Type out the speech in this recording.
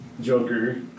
Joker